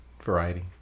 variety